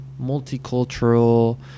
multicultural